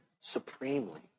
supremely